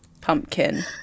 pumpkin